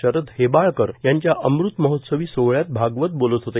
शरद हेबाळकर यांच्या अमृत महोत्सवी सोहळ्यात भागवत बोलत होते